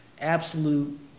absolute